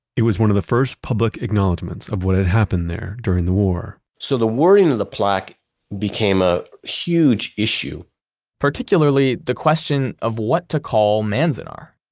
it was one of the first public acknowledgements of what had happened there during the war so the wording of the plaque became a huge issue particularly the question of what to call manzanar.